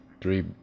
three